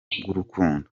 bw’urukundo